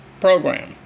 program